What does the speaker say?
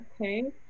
okay